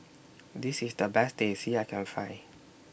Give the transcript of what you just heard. This IS The Best Teh C that I Can Find